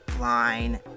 line